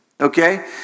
Okay